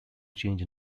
change